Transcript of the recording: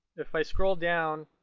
if i scroll down,